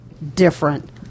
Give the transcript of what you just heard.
Different